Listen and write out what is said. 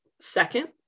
second